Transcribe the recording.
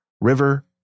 river